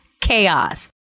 chaos